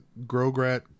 Grograt